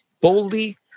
boldly